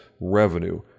revenue